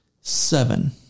Seven